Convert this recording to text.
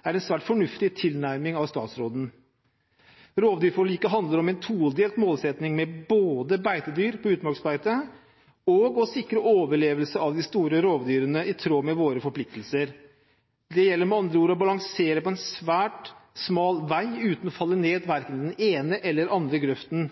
er en svært fornuftig tilnærming av statsråden. Rovdyrforliket handler om en todelt målsetting med både beitedyr på utmarksbeite og å sikre overlevelse av de store rovdyrene i tråd med våre forpliktelser. Det gjelder med andre ord å balansere på en svært smal vei uten å falle ned verken i den ene eller andre grøften.